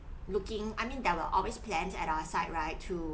looking I mean there will always plans at our side right to